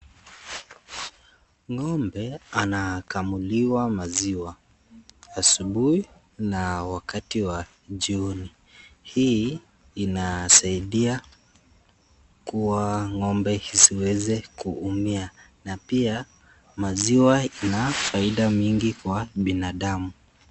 Ngombe anakamuliwa maziwa, asubui na wakati wa jioni. Hii inasaidia kuwa ngombe ziweze kuumia na pia maziwa ina faida mingi kwa binadamu.